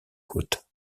côte